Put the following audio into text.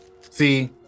See